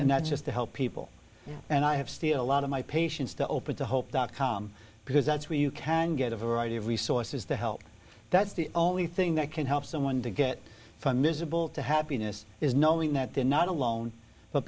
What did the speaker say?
and that's just to help people and i have still a lot of my patients to open to hope dot com because that's where you can get a variety of resources to help that's the only thing that can help someone to get from miserable to happiness is knowing that they're not alone but